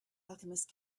alchemist